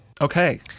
Okay